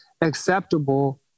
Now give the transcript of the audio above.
acceptable